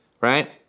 right